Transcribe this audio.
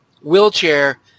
wheelchair